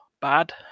bad